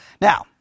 Now